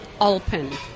Alpen